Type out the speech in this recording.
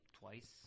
twice